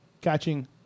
catching